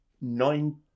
nine